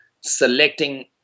selecting